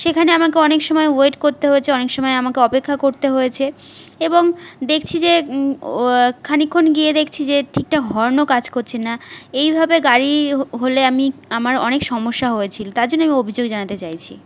সেখানে আমাকে অনেক সময় ওয়েট করতে হয়েছে অনেক সময় আমাকে অপেক্ষা করতে হয়েছে এবং দেখছি যে খানিকক্ষণ গিয়ে দেখছি যে ঠিকঠাক হর্নও কাজ করছে না এইভাবে গাড়ি হলে আমি আমার অনেক সমস্যা হয়েছিলো তার জন্য আমি অভিযোগ জানাতে চাইছি